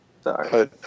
Sorry